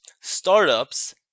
startups